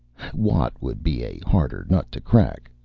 watt would be a harder nut to crack.